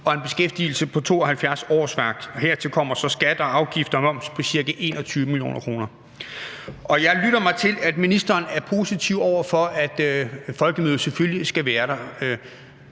og en beskæftigelse på 72 årsværk. Hertil kommer så skatter, afgifter og moms på ca. 21 mio. kr. Jeg lytter mig til, at ministeren er positiv over for, at Folkemødet selvfølgelig skal være der.